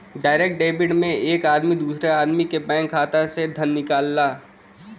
direct debit में एक आदमी दूसरे आदमी के बैंक खाता से धन निकालला